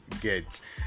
get